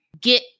get